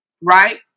Right